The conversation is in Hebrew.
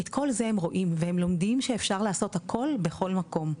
את כל זה הם רואים והם לומדים שאפשר לעשות הכול בכל מקום,